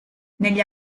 negli